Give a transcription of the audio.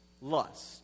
lust